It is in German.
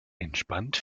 entspannt